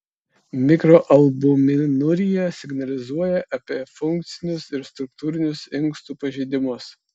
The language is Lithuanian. mikroalbuminurija signalizuoja apie funkcinius ir struktūrinius inkstų pažeidimus